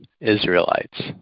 Israelites